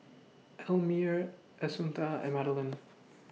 Elmire Assunta and Madeleine